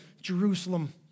Jerusalem